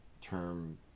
term